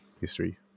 history